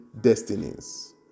destinies